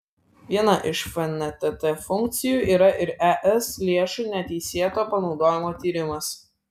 viena iš fntt funkcijų yra ir es lėšų neteisėto panaudojimo tyrimas